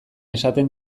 esaten